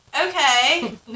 okay